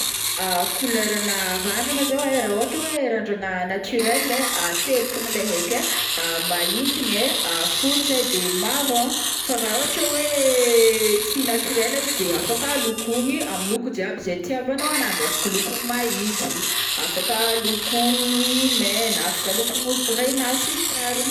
Couleur-na randragna zao ai, ra ôhatra oe randragna naturel ai, telo fogna le aiky ai, maintigny ai, fotsy ai de marron, fa ra ôhatra oe tsy naturel izy de afaka lokogny ami loko jiaby ze itivanao agnanjy afaka lokogny mahintso afaka loko gny megna afaka lokogny grenat sy ny tariny.